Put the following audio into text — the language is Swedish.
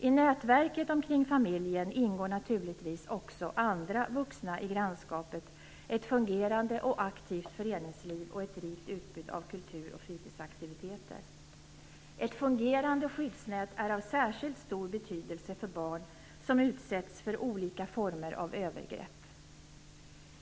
I nätverket omkring familjen ingår naturligtvis också andra vuxna i grannskapet, ett fungerande och aktivt föreningsliv samt ett rikt utbud av kultur och fritidsaktiviteter. Ett fungerande skyddsnät är av särskilt stor betydelse för barn som utsätts för olika former av övergrepp.